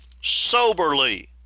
soberly